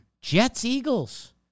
Jets-Eagles